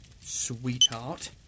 Sweetheart